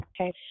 Okay